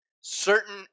certain